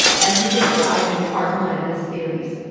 as we described in part one of this series,